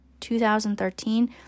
2013